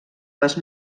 les